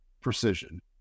precision